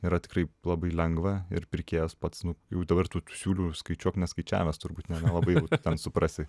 yra tikrai labai lengva ir pirkėjas pats jau dabar tų siūlių skaičiuok neskaičiavęs turbūt ne nelabai jau ten suprasi